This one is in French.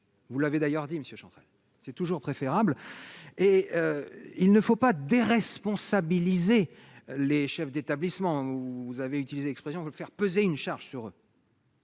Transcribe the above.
vous l'avez d'ailleurs dit monsieur Chantal c'est toujours préférable et il ne faut pas déresponsabiliser les chefs d'établissement, où vous avez utilisé l'expression veulent faire peser une charge sur.